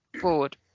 forward